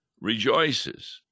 rejoices